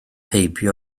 heibio